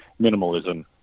minimalism